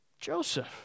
Joseph